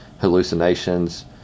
hallucinations